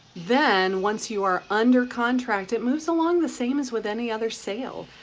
then once you are under contract, it moves along the same as with any other sale.